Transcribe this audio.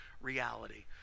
reality